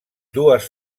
dues